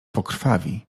pokrwawi